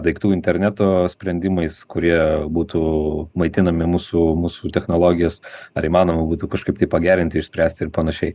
daiktų interneto sprendimais kurie būtų maitinami mūsų mūsų technologijas ar įmanoma būtų kažkaip tai pagerinti išspręsti ir panašiai